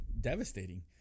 devastating